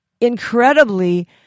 incredibly